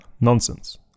nonsense